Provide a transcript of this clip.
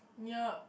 near